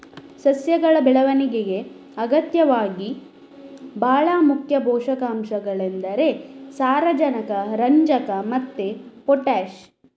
ಸಸ್ಯಗಳ ಬೆಳವಣಿಗೆಗೆ ಅಗತ್ಯವಾದ ಭಾಳ ಮುಖ್ಯ ಪೋಷಕಾಂಶಗಳೆಂದರೆ ಸಾರಜನಕ, ರಂಜಕ ಮತ್ತೆ ಪೊಟಾಷ್